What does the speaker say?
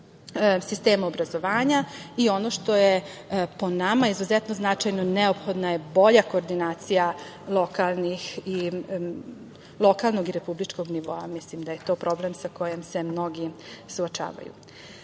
sistema obrazovanja i ono što je po nama izuzetno značajno, neophodna je bolja koordinacija lokalnog i republičkog nivoa. Mislim da je to problem sa kojim se mnogi suočavaju. Važno